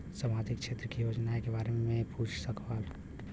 सामाजिक क्षेत्र की योजनाए के बारे में पूछ सवाल?